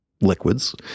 liquids